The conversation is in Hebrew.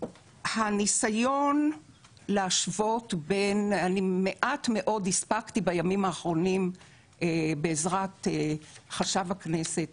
הניסיון להשוות בין מעט מאוד הספקתי בימים האחרונים בעזרת חשב הכנסת